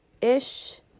ish